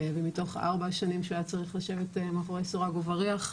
ומתוך ארבע השנים שהוא היה צריך לשבת מאחורי סורג ובריח,